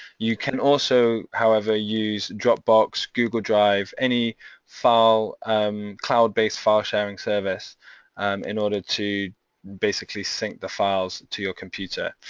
you can also, however, use dropbox, google drive, any file um cloud-based file-sharing service in order to basically sync the files to your computer.